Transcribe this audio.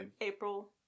April